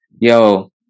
yo